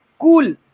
cool